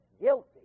guilty